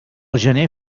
gener